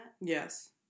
yes